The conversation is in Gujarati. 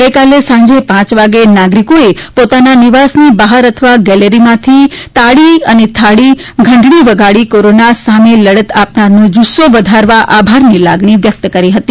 ગઈકાલે સાંજે પાંચ વાગે નાગરિકોએ પોતાના નિવાસની બહાર અથવા ગેલેરીમાંથી તાળી અને થાળી ઘંટડી વગાડીને કોરોના સામે લડત આપનારનો જુસ્સો વધારવા આભારની લાગણી વ્યક્ત કરી હતી